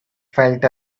felt